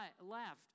left